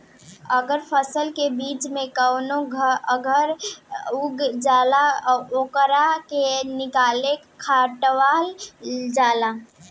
अगर फसल के बीच में कवनो खर उग जाला ओकरा के निकाल के हटावल जाला